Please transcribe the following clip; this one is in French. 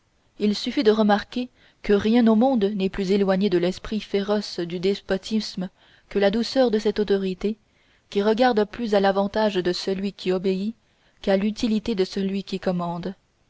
il suffit de remarquer que rien au monde n'est plus éloigné de l'esprit féroce du despotisme que la douceur de cette autorité qui regarde plus à l'avantage de celui qui obéit qu'à l'utilité de celui qui commande